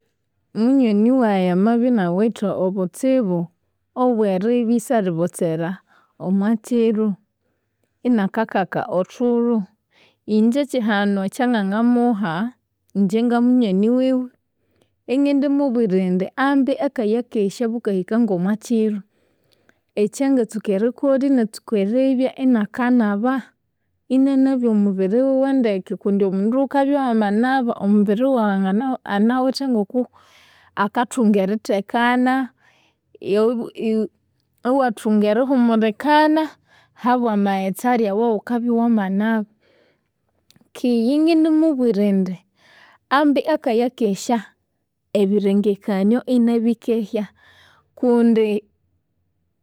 Munyoni wayi amabya inawithe obutsibu obweribya isalibotsera omwakyiro, inakakaka othulho, inje ekyihanu ekyangangamuha, inje ngamunyoni wiwe, ingindimubwira indi ambi akayakesya bukahika ngomwakyiro, ekyangatsuka erikolha inatsuka eribya inakanaba, inanabya omubiri wiwe wandeke kundi omundu ghukabya wamanaba, omubiri waghu anawithe ngoku akathunga erithekana, iyoyu iyu- iwathunga erihumulikana habwamaghetse alya awaghukabya iwamanaba. Keghe ingindimubwira indi ambi akayakesha ebirengekanio inabikehya kundi.